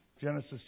Genesis